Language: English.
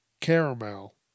caramel